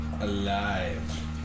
alive